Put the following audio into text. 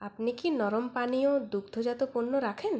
আপনি কি নরম পানীয় দুগ্ধজাত পণ্য রাখেন